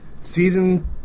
Season